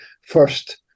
first